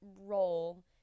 role